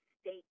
state